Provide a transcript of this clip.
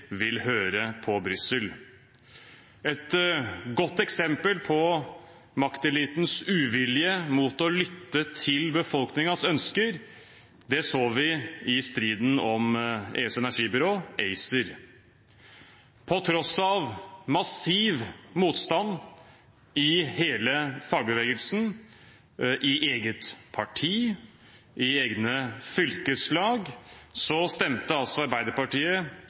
vil høre på Brussel. Et godt eksempel på maktelitens uvilje mot å lytte til befolkningens ønsker så vi i striden om EUs energibyrå, ACER. På tross av massiv motstand i hele fagbevegelsen, i eget parti og i egne fylkeslag stemte Arbeiderpartiet